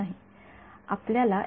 आपल्याला चे मूल्य माहित नाही